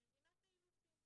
ואני מבינה את האילוצים.